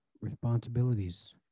responsibilities